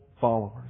followers